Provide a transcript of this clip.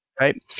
right